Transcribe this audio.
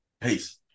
Peace